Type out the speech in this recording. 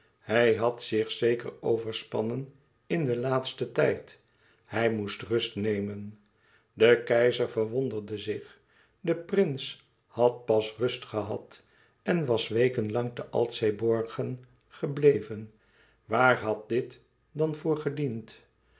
hij had zich zeker overspannen in den laatsten tijd hij moest rust nemen de keizer verwonderde zich de prins had pas rust gehad en was weken lang te altseeborgen gebleven waar had dit dan voor gediend